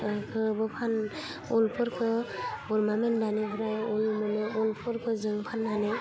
उलखौबो उलफोरखौ बोरमा मेन्दानिफ्राय उल मोनो उलफोरखो जों फाननानै